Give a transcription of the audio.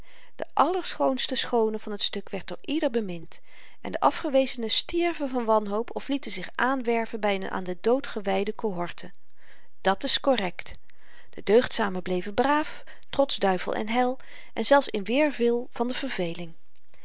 de allerschoonste schoone van t stuk werd door ieder bemind en de afgewezenen stierven van wanhoop of lieten zich aanwerven by n aan den dood gewyde kohorte dat's korrekt de deugdzamen bleven braaf trots duivel en hel en zelfs in weerwil van de verveling